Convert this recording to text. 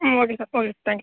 ம் okay sir okay thank you